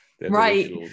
right